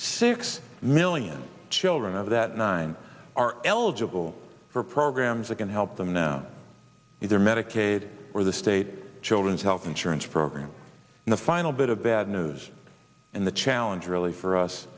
six million children of that nine are eligible for programs that can help them now with their medicaid or the state children's health insurance program and the final bit of bad news and the challenge really for us